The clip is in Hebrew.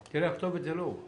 הכתובת זה לא הוא.